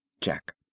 Jack